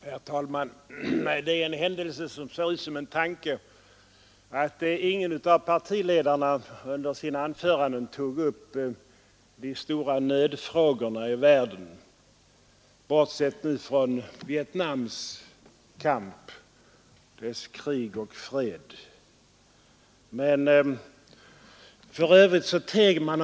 Herr talman! Det är en händelse som ser ut som en tanke att ingen av partiledarna i sina anföranden tog upp de stora nödfrågorna i världen — bortsett nu från Vietnams kamp, dess krig och fred. För övrigt teg man.